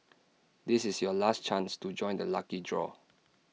this is your last chance to join the lucky draw